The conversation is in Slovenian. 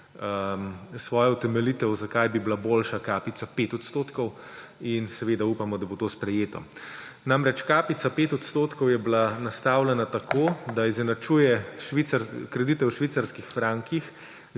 svojo utemeljitev, zakaj bi bila boljša kapica 5 odstotkov, in upamo, da bo to sprejeto. Namreč, kapica 5 odstotkov je bila nastavljena tako, da izenačuje kredite v švicarskih frankih